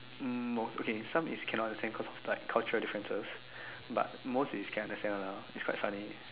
um no okay some is cannot understand because of like culture differences but most is can understand one lah it's quite funny